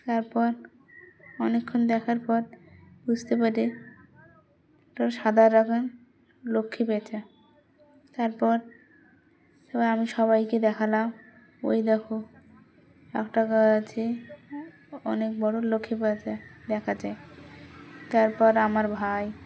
তারপর অনেকক্ষণ দেখার পর বুঝতে পারেরি ও সাদা রঙের লক্ষ্মী পেঁচা তারপর এবার আমি সবাইকে দেখালাম ওই দেখো একটা গাছে অনেক বড়ো লক্ষ্মী পেঁচা দেখা যায় তারপর আমার ভাই